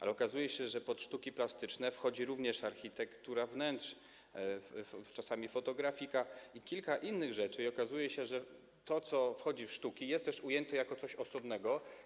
Ale okazuje się, że pod sztuki plastyczne wchodzi również architektura wnętrz, czasami fotografika i kilka innych rzeczy, i okazuje się, że to, co wchodzi pod sztuki, jest też ujęte jako coś osobnego.